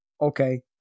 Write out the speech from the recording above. okay